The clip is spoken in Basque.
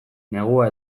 negua